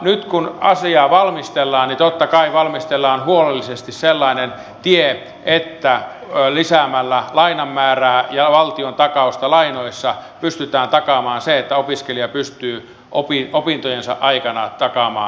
nyt kun asiaa valmistellaan niin totta kai valmistellaan huolellisesti sellainen tie että lisäämällä lainan määrää ja valtion takausta lainoissa pystytään takaamaan se että opiskelija pystyy opintojensa aikana takaamaan elämisen